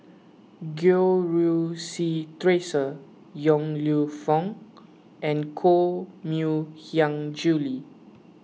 Goh Rui Si theresa Yong Lew Foong and Koh Mui Hiang Julie